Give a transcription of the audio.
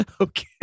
Okay